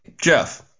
jeff